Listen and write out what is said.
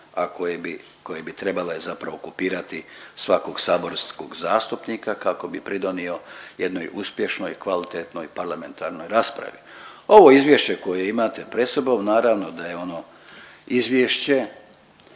koje bi trebale zapravo okupirati svakog saborskog zastupnika kako bi pridonio jednoj uspješnoj, kvalitetnoj parlamentarnoj raspravi. Ovo izvješće koje imate pred sobom naravno da je ono izvješće